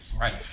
Right